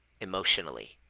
emotionally